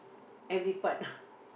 every part